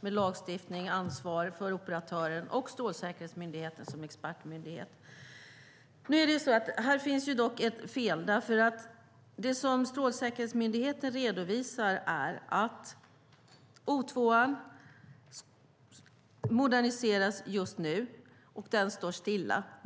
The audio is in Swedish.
med lagstiftning, med ansvar för operatören och med Strålsäkerhetsmyndigheten som expertmyndighet. Det som Strålsäkerhetsmyndigheten redovisar är att O2:an moderniseras just nu och därför står stilla.